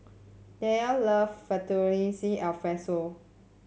Dyllan love Fettuccine Alfredo